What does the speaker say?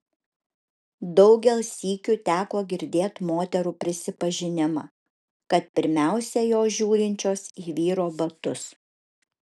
daugel sykių teko girdėt moterų prisipažinimą kad pirmiausia jos žiūrinčios į vyro batus